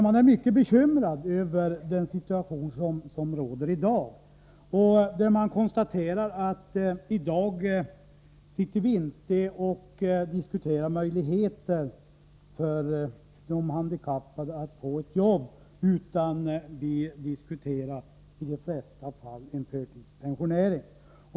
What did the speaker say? Man är mycket bekymrad över den situation som råder och konstaterar: I dag diskuterar vi inte möjligheterna för de handikappade att få ett arbete, utan vi diskuterar i de flesta fall en förtidspensionering.